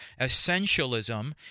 Essentialism